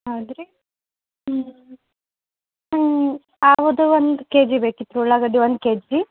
ಹೌದು ರೀ ಹ್ಞೂ ಹ್ಞೂ ಹೌದು ಒಂದು ಕೆ ಜಿ ಬೇಕಿತ್ತು ಉಳ್ಳಾಗಡ್ಡಿ ಒಂದು ಕೆ ಜಿ